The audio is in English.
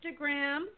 Instagram